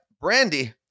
Brandy